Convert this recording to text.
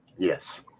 Yes